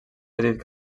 petit